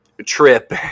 trip